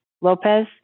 Lopez